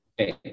okay